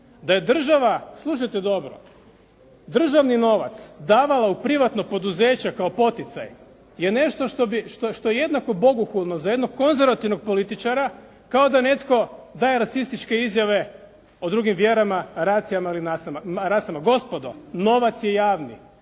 da je država, slušajte dobro, državni novac davao u privatno poduzeće kao poticaj je nešto što bi, što je jednako bogohulno za jednog konzervativnog političara, kao da netko daje rasističke izjave o drugim vjerama, rasama. Gospodo novac je javni,